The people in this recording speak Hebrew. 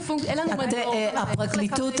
הפרקליטות,